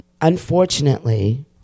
Unfortunately